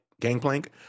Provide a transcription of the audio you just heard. gangplank